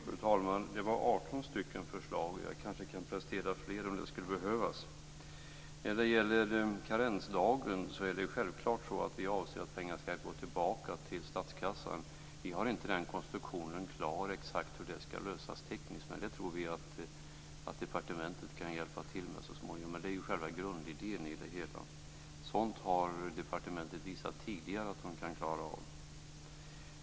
Fru talman! Det var 18 förslag. Kanske kan jag prestera fler om det skulle behövas. När det gäller karensdagen avser vi självfallet att pengar skall gå tillbaka till statskassan. Vi är inte klara med exakt hur konstruktionen tekniskt skall lösas men vi tror att departementet så småningom kan hjälpa till med det. Det är i alla fall själva grundidén i det hela. Departementet har tidigare visat att man kan klara av sådant.